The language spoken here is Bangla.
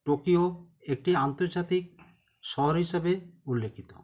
টোকিও একটি আন্তর্জাতিক শহর হিসাবে উল্লেখিত